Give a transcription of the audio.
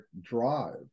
drive